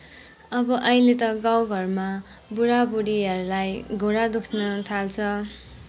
अब अहिले त गाउँघरमा बुढाबुढीहरूलाई घुँडा दुख्न थाल्छ